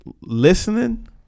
listening